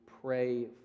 pray